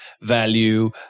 value